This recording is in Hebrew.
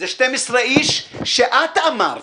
זה 12 איש שאת אמרת.